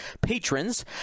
Patrons